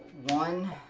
one